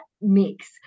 mix